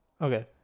Okay